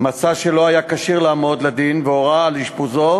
מצא שלא היה כשיר לעמוד לדין והורה על אשפוזו,